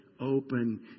Open